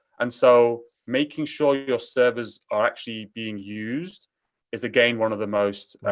and so making sure your servers are actually being used is again one of the most